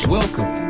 welcome